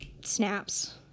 snaps